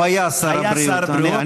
הוא היה שר הבריאות.